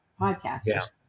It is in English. podcasters